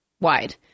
wide